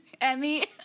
Emmy